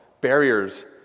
barriers